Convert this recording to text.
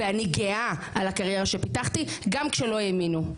ואני גאה על הקריירה שפיתחתי גם כשלא האמינו,